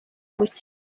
gukina